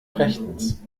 rechtens